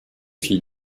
filles